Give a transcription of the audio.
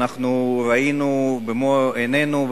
ראינו במו-עינינו,